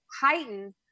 heightened